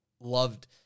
loved